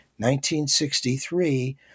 1963